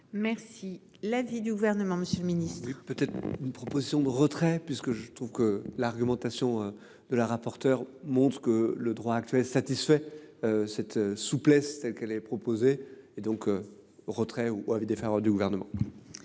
Merci. L'avis du gouvernement, Monsieur le Ministre. Peut-être une proposition de retrait puisque je trouve que l'argumentation de la rapporteure monte que le droit actuel satisfait. Cette souplesse telle qu'elle avait proposé et donc retrait ou avec des phares du gouvernement.